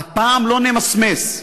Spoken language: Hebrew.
הפעם לא נמסמס,